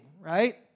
right